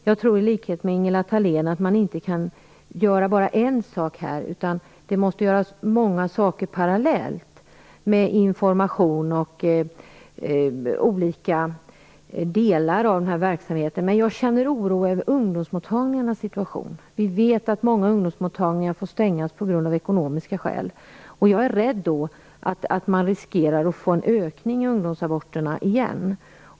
Jag tror i likhet med Ingela Thalén att man inte bara kan göra en enda sak utan måste göra många saker parallellt - bedriva information och andra former av verksamhet. Men jag känner oro över ungdomsmottagningarnas situation. Vi vet att många ungdomsmottagningar får stängas av ekonomiska skäl. Jag är därför rädd för att man riskerar att få en ökning av ungdomsaborterna igen.